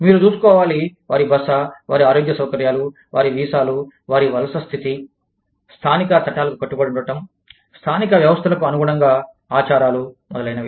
మీరు చూసుకోవాలి వారి బస వారి ఆరోగ్య సౌకర్యాలు వారి వీసాలు వారి వలస స్థితి స్థానిక చట్టాలకు కట్టుబడి ఉండటం స్థానిక వ్యవస్థలకు అనుగుణంగా ఆచారాలు మొదలైనవి